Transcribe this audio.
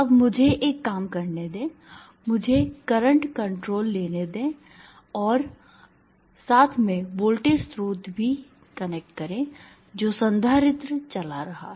अब मुझे एक काम करने दें मुझे करंट कंट्रोल लेने दें और साथ में वोल्टेज स्रोत भी कनेक्ट करें जो संधारित्र चला रहा है